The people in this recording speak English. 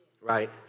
right